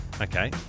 Okay